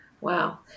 Wow